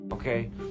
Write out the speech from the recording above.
Okay